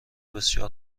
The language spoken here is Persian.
بسیار